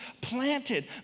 planted